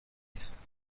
نیست